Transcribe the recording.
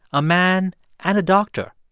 a man and a doctor.